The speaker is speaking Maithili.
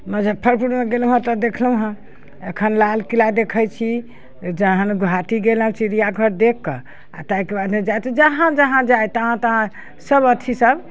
मुजफ्फरपुरमे गेलहुँ हँ तऽ देखलहुँ हँ एखन लाल किला देखै छी जहन गुवाहाटी गेलहुँ चिड़िआघर देखिकऽ आओर ताहिके बाद जहाँ जहाँ जाइ तहाँ तहाँ सब अथीसब